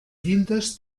llindes